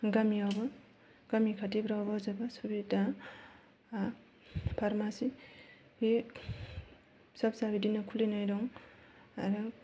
गामियावबो गामि खाथिफ्रावबो जोबोद सुबिदा फारमासि बे फिसा फिसा बिदिनो खुलिनाय दं आरो